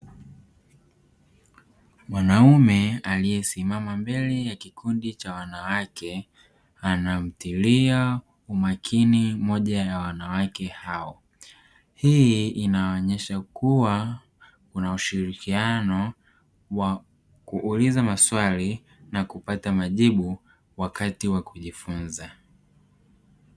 Mwanaume aliyesimama mbele ya kikundi cha wanawake anamtilia umakini moja ya wanawake hao, hii inaonyesha kuwa kuna ushirikiano wa kuuliza maswali na kupata majibu wakati wa kujifunza.